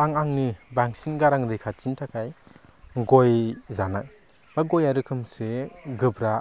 आं आंनि बांसिन गारां रैखाथिनि थाखाय गय जानाय बा गया रोखोमसे गोब्रा